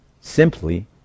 simply